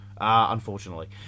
Unfortunately